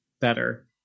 better